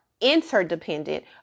interdependent